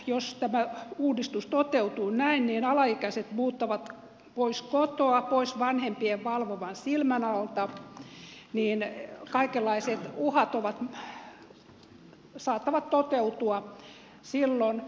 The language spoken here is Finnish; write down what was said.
jos tämä uudistus toteutuu näin niin alaikäiset muuttavat pois kotoa pois vanhempien valvovan silmän alta ja kaikenlaiset uhat saattavat toteutua silloin